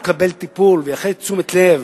יקבל טיפול ותשומת לב.